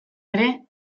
ere